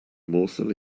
morsel